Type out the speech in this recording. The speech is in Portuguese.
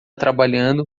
trabalhando